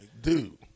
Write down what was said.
dude